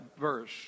verse